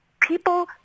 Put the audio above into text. people